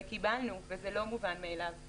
וקיבלנו, וזה לא מובן מאליו בכלל.